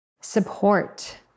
support